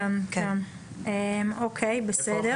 אוקיי בסדר.